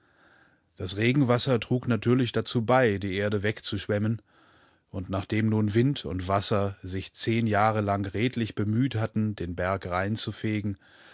das regenwasser trug natürlich dazu bei die erde wegzuschwemmen und nachdem nun wind und wasser sich zehn jahre lang redlich bemüht hatten den berg reinzufegen